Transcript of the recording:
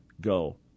go